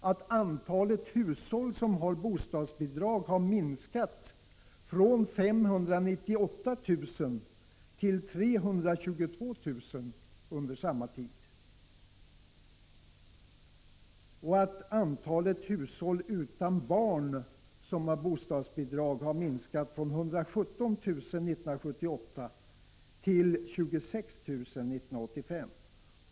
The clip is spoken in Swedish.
Vidare har antalet hushåll med bostadsbidrag minskat från 598 000 till 322 000 under samma tid. Antalet hushåll utan barn med bostadsbidrag har minskat från 117 000 år 1978 till 26 000 år 1985.